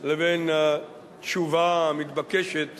לבין התשובה המתבקשת